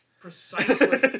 Precisely